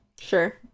Sure